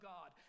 God